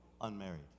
unmarried